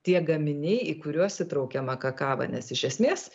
tie gaminiai į kuriuos įtraukiama kakava nes iš esmės